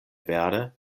vere